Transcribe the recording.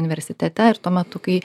universitete ir tuo metu kai